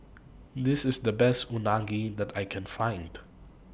This IS The Best Unagi that I Can Find